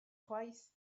chwaith